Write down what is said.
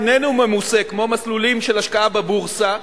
איננו ממוסה כמו מסלולים של השקעה בבורסה,